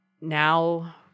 now